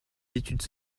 études